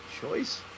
choice